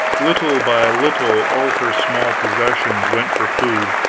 little by little all her small possessions went for food.